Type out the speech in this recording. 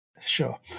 Sure